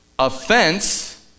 Offense